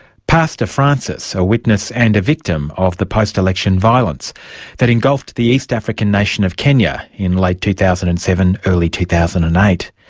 pastor francis, a witness and a victim of the post-election violence that engulfed the east african nation of kenya in late two thousand and seven, early two thousand and